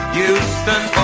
Houston